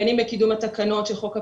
בין אם בקידום התקנות של חוק הפיקוח,